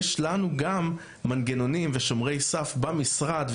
יש לנו גם מנגנונים ושומרי סף במשרד,